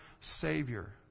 Savior